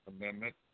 amendment